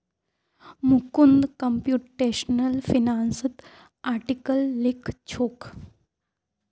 Mukund computational फिनांसत article लिखछोक